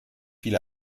viele